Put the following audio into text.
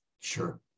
sure